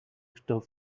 tough